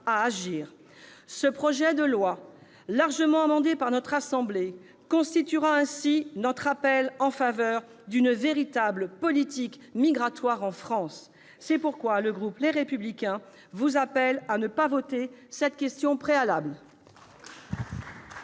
à agir. Ce projet de loi, largement amendé par notre assemblée, constituera notre appel en faveur d'une véritable politique migratoire en France. C'est pourquoi le groupe Les Républicains vous appelle, mes chers collègues, à ne